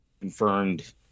confirmed